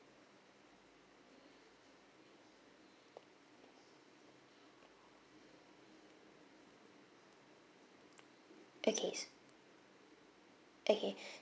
okay okay